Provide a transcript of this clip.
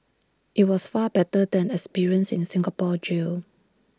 IT was far better than the experience in the Singapore jail